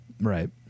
Right